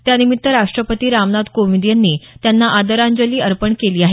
त्यानिमित्त राष्ट्रपती रामनाथ कोविंद यांनी त्यांना आदरांजली अर्पण केली आहे